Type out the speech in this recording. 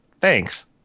thanks